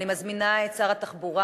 אני מזמינה את שר התחבורה,